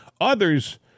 Others